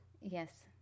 Yes